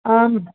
ஆ